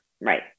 Right